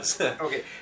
Okay